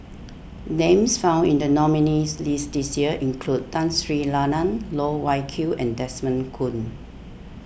names found in the nominees' list this year include Tun Sri Lanang Loh Wai Kiew and Desmond Kon